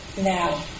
now